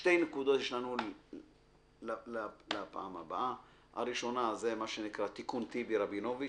שתי נקודות יש לנו לפעם הבאה: הראשונה היא מה שנקרא תיקון טיבי רבינוביץ